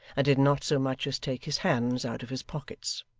and did not so much as take his hands out of his pockets.